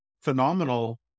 phenomenal